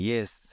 Yes